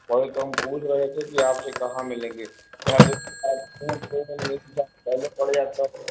पूछ रहे थे कि आपसे कहाँ मिलेगी